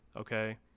okay